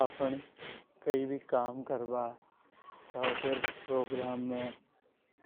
आफ़न कई भी काम कर बा या फेर प्रोग्राम में